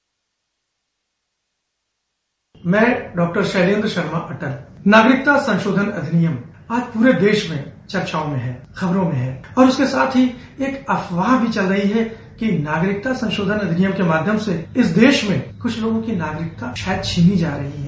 bite भैं doctor Shailendra Sharma Atal नागरिकता संशोधन अधिनियम आज प्ररे देश में चर्चाओं में है और उसके साथ ही एक अफवाह भी चल रही है कि नागरिकता संशोधन अधिनियम के माध्यम से इस देश में कुछ लोगों की नागरिकता शायद छीनी जा रही है